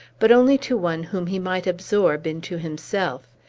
but only to one whom he might absorb into himself.